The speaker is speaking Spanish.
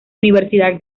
universidad